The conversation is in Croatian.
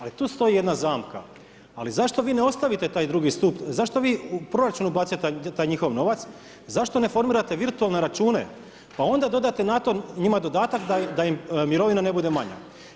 Ali tu stoji jedna zamka, ali zašto vi ne ostavite taj drugi stup, zašto vi u proračunu bacate taj njihov novac, zašto ne formirate virtualne račune, pa onda dodate na to njima dodatak da im mirovina ne bude manja.